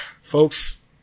folks